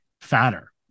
fatter